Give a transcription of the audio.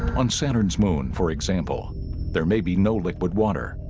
on saturn's moon for example there may be no liquid water,